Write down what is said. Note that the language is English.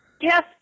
Yes